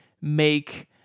make